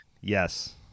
Yes